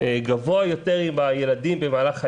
גבוה יותר עם הילדים במהלך היום.